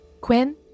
Quinn